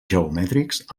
geomètrics